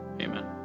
Amen